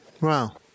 Wow